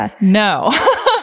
no